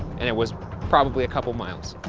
and it was probably a couple miles.